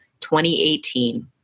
2018